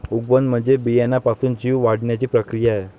उगवण म्हणजे बियाण्यापासून जीव वाढण्याची प्रक्रिया आहे